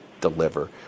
deliver